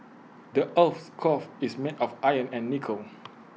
the Earth's core is made of iron and nickel